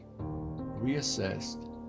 Reassessed